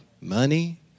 money